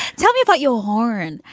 tell me about your horn.